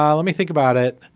um let me think about it.